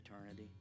eternity